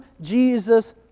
Jesus